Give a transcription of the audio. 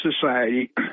society